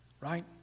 right